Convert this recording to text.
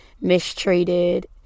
mistreated